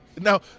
Now